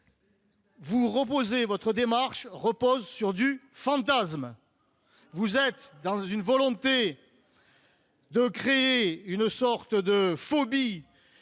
Vous reposez votre démarche repose sur du fantasme, vous êtes dans une volonté de créer une sorte de phobie,